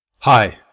Hi